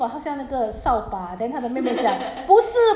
cindy 讲她的头发 hor 她的女儿讲她头发像什么